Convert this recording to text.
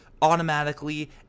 automatically